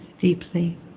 deeply